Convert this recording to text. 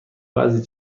بعضی